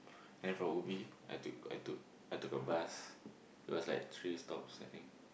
and from ubi I took I took I took a bus it was like three stops I think